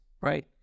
right